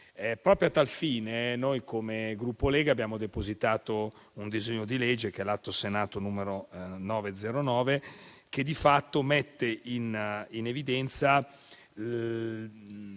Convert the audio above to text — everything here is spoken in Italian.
A tal fine noi, come Gruppo Lega, abbiamo depositato un disegno di legge, l'Atto Senato n. 909, che di fatto mette in evidenza